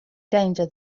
danger